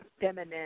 feminine